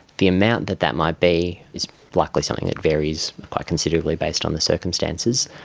the amount that that might be is likely something that varies quite considerably based on the circumstances.